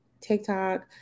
TikTok